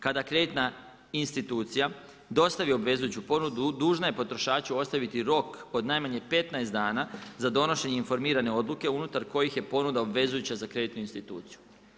Kada kreditna institucija dostavi obvezujuću ponudu dužna je potrošaču ostaviti rok od najmanje 15 dana za donošenje informirane odluke unutar kojih je ponuda obvezujuća za kreditnu instituciju.